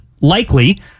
likely